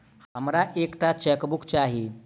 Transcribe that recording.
हमरा एक टा चेकबुक चाहि